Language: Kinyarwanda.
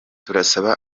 turasaba